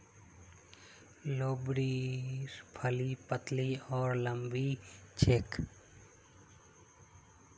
लोबियार फली पतली आर लम्बी ह छेक